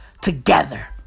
Together